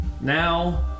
now